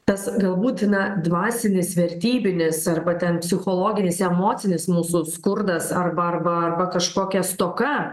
tas galbūt na dvasinis vertybinis arba ten psichologinis emocinis mūsų skurdas arba arba arba kažkokia stoka